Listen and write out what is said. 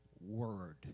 word